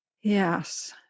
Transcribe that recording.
Yes